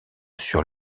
sur